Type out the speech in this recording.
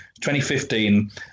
2015